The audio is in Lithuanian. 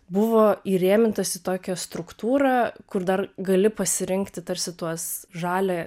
buvo įrėmintas į tokią struktūrą kur dar gali pasirinkti tarsi tuos žalią